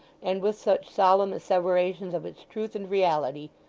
and with such solemn asseverations of its truth and reality,